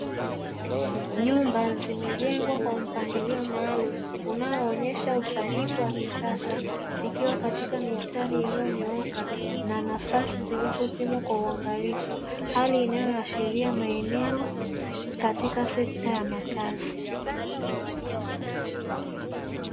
Nyumba zimejengwa kwa mpangilio maalumu unaoonyesha usanifu wa kisasa, zikiwa katika mistari iliyonyooka na nafasi zilizopimwa kwa uangalifu, hali inayoashiria maeneo katika sekta ya makazi.